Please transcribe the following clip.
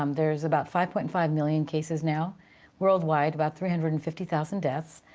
um there's about five point five million cases now worldwide, about three hundred and fifty thousand deaths.